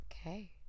Okay